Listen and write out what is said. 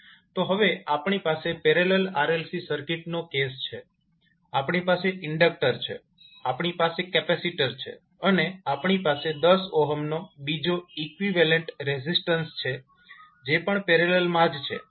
તો હવે આપણી પાસે પેરેલલ RLC સર્કિટ્સનો કેસ છે આપણી પાસે ઇન્ડક્ટર છે આપણી પાસે કેપેસિટર છે અને આપણી પાસે 10 નો બીજો ઇકવીવેલેન્ટ રેઝિસ્ટન્સ છે જે પણ પેરેલલમાં જ છે